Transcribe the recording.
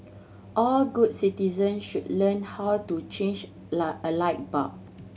all good citizens should learn how to change a light bulb